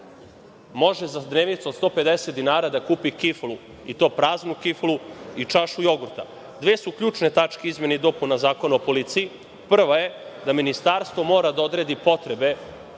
može za dnevnicu od 150 dinara da kupi kiflu, i to praznu kiflu i čašu jogurta. Dve su ključne tačke izmena i dopuna Zakona o policiji. Prva je da Ministarstvo mora da odredi potrebe